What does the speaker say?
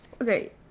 okay